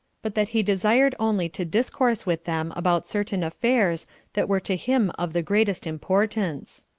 but that he desired only to discourse with them about certain affairs that were to him of the greatest importance.